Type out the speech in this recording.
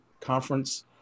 Conference